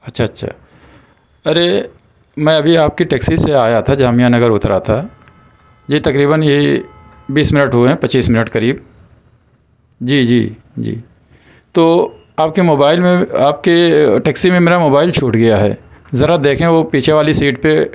اچھا اچھا ارے میں ابھی آپ کی ٹیکسی سے آیا تھا جامعہ نگر اترا تھا جی تقریباً یہی بیس منٹ ہوئے ہیں پچیس منٹ قریب جی جی جی تو آپ کے موبائل میں آپ کے ٹیکسی میں میرا موبائل چھوٹ گیا ہے ذرا دیکھیں وہ پیچھے والی سیٹ پہ